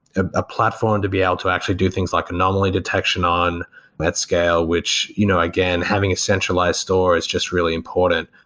a platform to be able to actually do things like anomaly detection on at scale, which you know again having a centralized store is just really important.